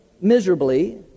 miserably